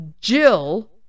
Jill